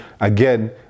again